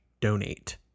donate